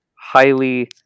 highly